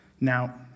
Now